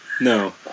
no